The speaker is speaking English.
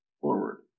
forward